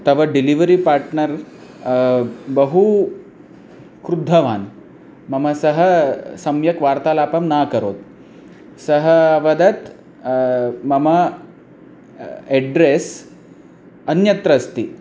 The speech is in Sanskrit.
तव डिलिवरि पार्ट्नर् बहु क्रुद्धवान् मम सह सम्यक् वार्तालापं नाकरोत् सः अवदत् मम एड्रेस् अन्यत्र अस्ति